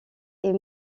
est